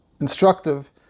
instructive